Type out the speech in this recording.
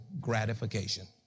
gratification